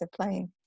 playing